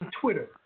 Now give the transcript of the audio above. Twitter